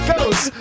Ghosts